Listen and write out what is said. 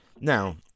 Now